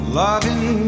loving